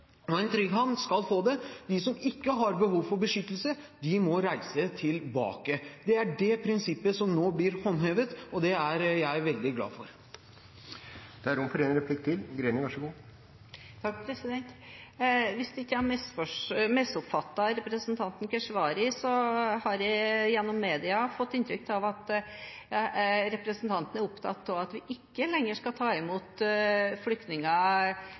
og en trygg havn, skal få det. De som ikke har behov for beskyttelse, må reise tilbake. Det er det prinsippet som nå blir håndhevet, og det er jeg veldig glad for. Hvis jeg ikke har misforstått representanten Keshvari, har jeg gjennom media fått inntrykk av at representanten er opptatt av at vi ikke lenger skal ta imot flyktninger